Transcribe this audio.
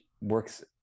works